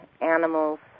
animals